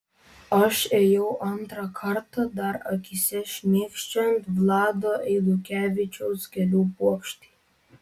aš ėjau antrą kartą dar akyse šmėkščiojant vlado eidukevičiaus gėlių puokštei